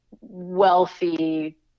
wealthy